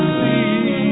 see